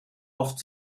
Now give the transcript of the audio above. oft